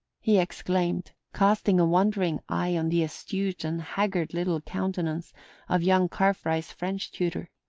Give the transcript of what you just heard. he exclaimed, casting a wondering eye on the astute and haggard little countenance of young carfry's french tutor.